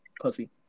pussy